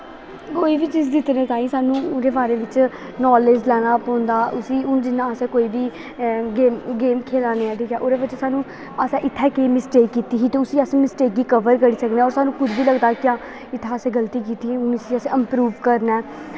कोई बी चीज जित्तने ताहीं सानूं ओह्दे बारे बिच्च नालेज लैना पौंदा उस्सी हून अस जि'यां कोई गेम खेला ने आं ठीक ऐ ओह्दे बिच्च सानूं इत्थै असें केह् मिसटेक कीती ही ते उस्सी अस मिसटेक गी कवर करी सकने होर सानूं खुद बी लगदा कि इत्थै असें गल्ती कीती हून इस्सी असें इंप्रूव करना